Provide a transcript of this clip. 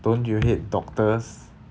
don't you hate doctors